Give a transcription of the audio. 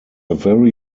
very